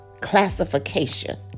classification